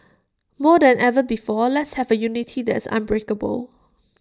more than ever before let's have A unity that is unbreakable